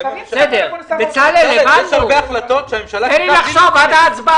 יש הרבה החלטות שהממשלה קיבלה בלי להתכנס,